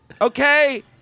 Okay